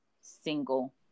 single